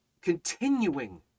continuing